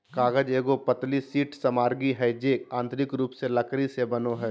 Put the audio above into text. कागज एगो पतली शीट सामग्री हइ जो यांत्रिक रूप से लकड़ी से बनो हइ